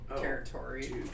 territory